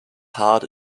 heart